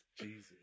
Jesus